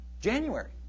January